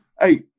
hey